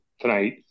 tonight